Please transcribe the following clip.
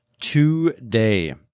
today